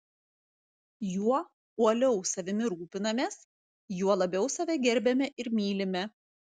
juo uoliau savimi rūpinamės juo labiau save gerbiame ir mylime